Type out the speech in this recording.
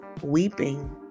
weeping